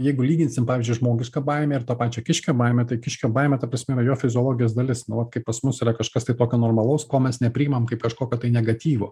jeigu lyginsim pavyzdžiui žmogišką baimę ir to pačio kiškio baimę tai kiškio baimė ta prasme yra jo fiziologijos dalis nu va kaip pas mus yra kažkas tai tokio normalaus ko mes nepriimam kaip kažkokio tai negatyvo